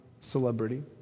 celebrity